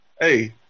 hey